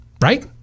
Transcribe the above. right